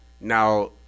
Now